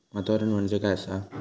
वातावरण म्हणजे काय आसा?